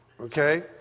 okay